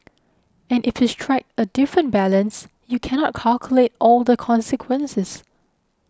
and if you strike a different balance you cannot calculate all the consequences